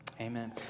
Amen